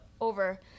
over-